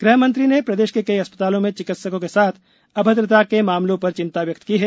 ग़ह मंत्री ने प्रदेश के कई अस्थतालों में चिकित्सकों के साथ अभद्रता के मामलों र चिंता व्यक्त की है